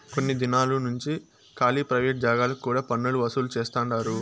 కొన్ని దినాలు నుంచి కాలీ ప్రైవేట్ జాగాలకు కూడా పన్నులు వసూలు చేస్తండారు